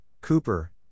Cooper